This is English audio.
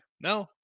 No